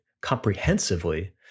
comprehensively